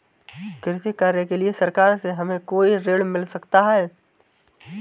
कृषि कार्य के लिए सरकार से हमें कोई ऋण मिल सकता है?